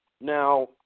Now